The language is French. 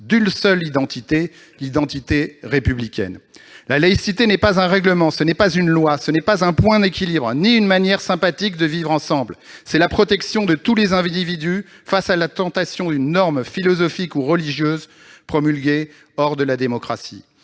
d'une seule identité : l'identité républicaine. La laïcité, ce n'est pas un règlement, ce n'est pas une loi, ce n'est pas un point d'équilibre ni une manière sympathique de vivre ensemble, c'est la protection de tous les individus face à la tentation d'une norme philosophique ou religieuse promulguée hors de la démocratie.